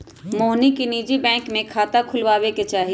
मोहिनी के निजी बैंक में खाता ना खुलवावे के चाहि